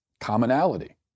commonality